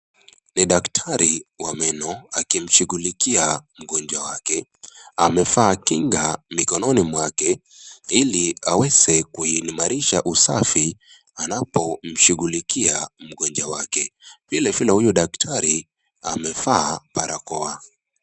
Ni daktari wa meno akimshughulikia mgonjwa wake. Amevaa kinga mikononi mwake ili aweze kuimarisha usafi anapomshughulikia mgonjwa wake. Vile vile huyu daktari amevaa barakoa.